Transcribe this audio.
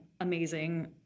amazing